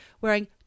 wearing